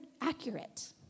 accurate